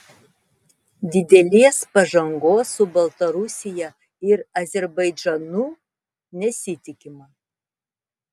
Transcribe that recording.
didelės pažangos su baltarusija ir azerbaidžanu nesitikima